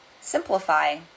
simplify